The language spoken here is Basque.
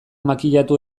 makillatu